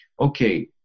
okay